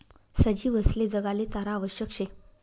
सजीवसले जगाले चारा आवश्यक शे